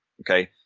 Okay